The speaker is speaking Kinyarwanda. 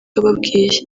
ababwiye